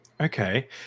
Okay